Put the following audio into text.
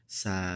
sa